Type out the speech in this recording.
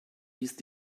ist